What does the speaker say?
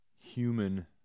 human